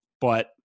but-